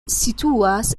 situas